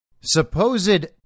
supposed